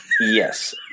Yes